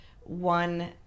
one